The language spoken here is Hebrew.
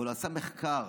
הוא עשה מחקר,